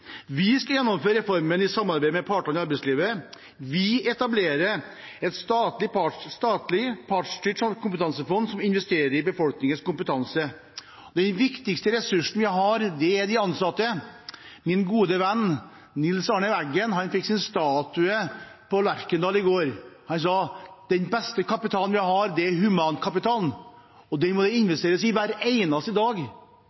Vi skal gjennomføre reformen i samarbeid med partene i arbeidslivet. Vi etablerer et statlig, partsstyrt kompetansefond som investerer i befolkningens kompetanse. Den viktigste ressursen vi har, er de ansatte. Min gode venn Nils Arne Eggen fikk sin statue på Lerkendal i går. Han sa at den beste kapitalen vi har, er humankapitalen – den må det